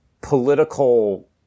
political